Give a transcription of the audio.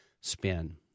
spin